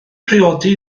priodi